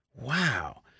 Wow